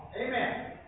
Amen